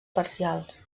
parcials